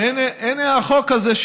הינה,